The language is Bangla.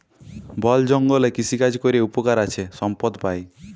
বল জঙ্গলে কৃষিকাজ ক্যরে উপকার আছে সম্পদ পাই